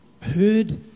heard